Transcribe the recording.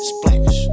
Splash